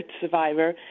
survivor